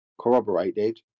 corroborated